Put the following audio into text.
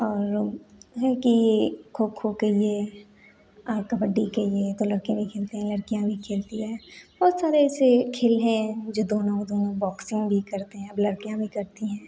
और है कि खो खो के लिए और कबड्डी के लिए तो लड़के नहीं खेलते हैं लड़कियाँ भी खेलती है बहुत सारे ऐसे खेल है जो दोनों दोनों बॉक्सिंग भी करते हैं अब लड़कियाँ भी करती हैं